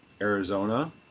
Arizona